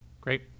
great